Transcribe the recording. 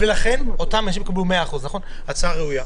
אותם אנשים קיבלו 100%. זו הצעה ראויה.